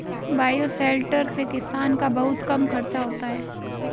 bioshelter से किसान का बहुत कम खर्चा होता है